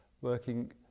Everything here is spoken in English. working